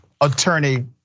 attorney